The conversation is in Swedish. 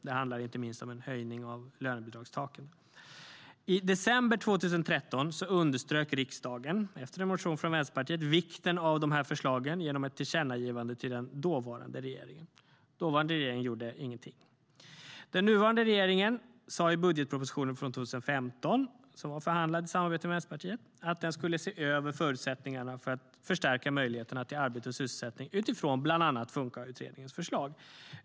Det handlar inte minst om en höjning av lönebidragstaket. I december 2013 underströk riksdagen, efter en motion från Vänsterpartiet, vikten av de här förslagen genom ett tillkännagivande till den dåvarande regeringen. Dåvarande regering gjorde ingenting. Den nuvarande regeringen sa i budgetpropositionen för 2015, som var förhandlad i samarbete med Vänsterpartiet, att den skulle se över förutsättningarna för att förstärka möjligheterna till arbete och sysselsättning utifrån bl.a. FunkA-utredningens förslag.